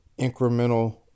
incremental